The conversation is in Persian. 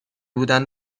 بودن